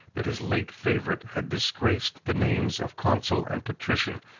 that his late favorite had disgraced the names of consul and patrician,